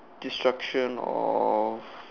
destruction of